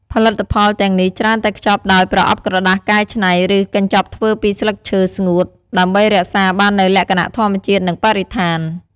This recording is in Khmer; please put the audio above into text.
ផលិតផលទាំងនេះច្រើនតែខ្ចប់ដោយ ប្រអប់ក្រដាសកែច្នៃ ឬ កញ្ចប់ធ្វើពីស្លឹកឈើស្ងួត ដើម្បីរក្សាបាននូវលក្ខណៈធម្មជាតិ និងបរិស្ថាន។